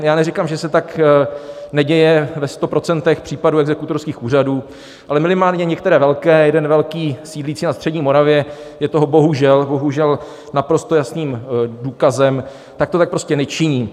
Já neříkám, že se tak neděje ve sto procentech případů exekutorských úřadů, ale minimálně některé velké, a jeden velký sídlící na střední Moravě je toho bohužel naprosto jasným důkazem, tak prostě nečiní.